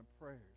prayers